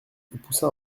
poussa